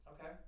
Okay